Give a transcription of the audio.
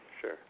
sure